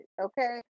Okay